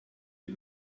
die